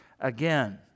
again